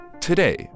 today